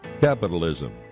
Capitalism